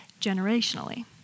generationally